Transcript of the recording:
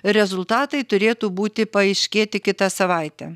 rezultatai turėtų būti paaiškėti kitą savaitę